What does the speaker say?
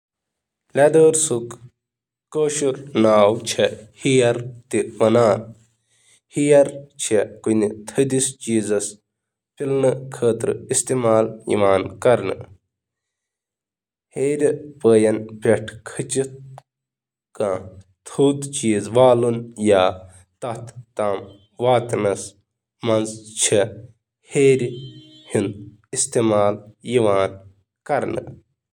کٲشِرِ زبانہِ ہِنٛزِ سیڑھی ہُنٛد مطلب چُھ ہیر یُس ہیٚرمِس حِصس تام واتنس منٛز مدد چُھ کَران۔